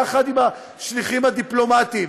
יחד עם השליחים הדיפלומטיים.